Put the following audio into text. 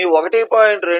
కాబట్టి మీ 1